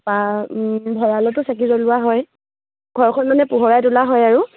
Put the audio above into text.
বা ভঁৰালতো চাকি জ্বলোৱা হয় ঘৰখন মানে পোহৰাই তোলা হয় আৰু